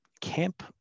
camp